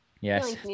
Yes